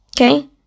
Okay